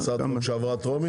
עברה טרומית?